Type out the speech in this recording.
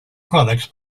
products